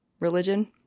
religion